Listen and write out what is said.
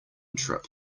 trip